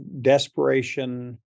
desperation